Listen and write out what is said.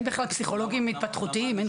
אין בכלל פסיכולוגיים התפתחותיים.